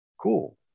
cool